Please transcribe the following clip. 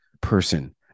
person